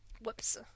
Whoops